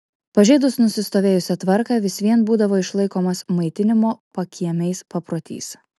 pažeidus nusistovėjusią tvarką vis vien būdavo išlaikomas maitinimo pakiemiais paprotys